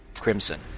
crimson